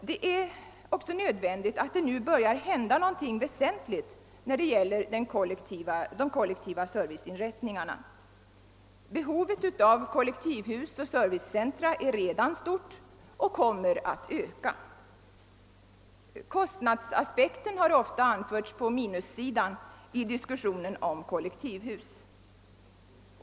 Det är nödvändigt att det nu börjar hända någonting väsentligt när det gäller de kollektiva serviceinrättningarna. Behovet av kollektivhus och servicecentra är redan stort och kommer att öka. Kostnadsaspekten har ofta anförts på minussidan i diskussionen om kollektivhus.